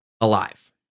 alive